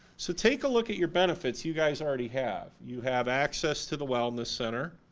so take a look at your benefits you guys already have. you have access to the wellness center,